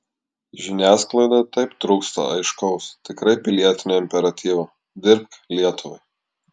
žiniasklaidoje taip trūksta aiškaus tikrai pilietinio imperatyvo dirbk lietuvai